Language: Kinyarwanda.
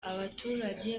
abaturage